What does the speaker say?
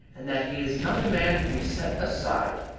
and that he is not a man to be set aside.